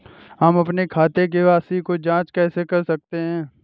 हम अपने खाते की राशि की जाँच कैसे कर सकते हैं?